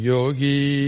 Yogi